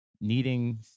needing